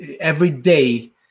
everyday